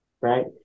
Right